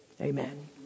Amen